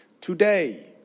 Today